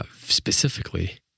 specifically